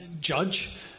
judge